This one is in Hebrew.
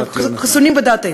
אנחנו חסונים בדעתנו.